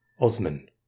Osman